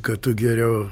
kad tu geriau